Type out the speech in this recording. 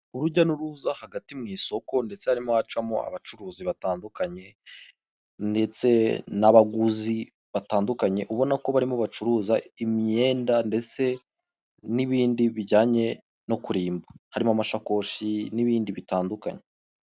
Urujya n'uruza hagati mu isoko ndetse harimo hacamo abacuruzi batandukanye, ndetse n'abaguzi batandukanye ubona ko barimo bacuruza imyenda ndetse n'ibindi bijyanye no kurimba harimo amashakoshi n'ibindi bitandukanye.